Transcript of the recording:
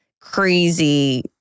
crazy